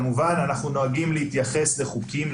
כמובן שאנחנו נוהגים להתייחס לחוקים,